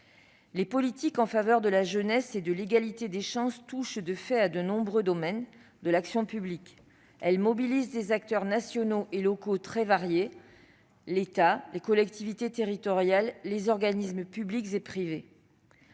Les politiques en faveur de la jeunesse et de l'égalité des chances touchent de fait à de nombreux domaines de l'action publique. Elles mobilisent des acteurs nationaux et locaux très variés : État, collectivités territoriales, organismes publics et privés.